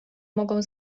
mogą